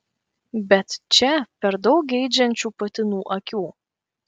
bet čia per daug geidžiančių patinų akių